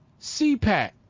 cpac